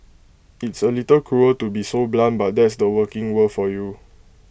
it's A little cruel to be so blunt but that's the working world for you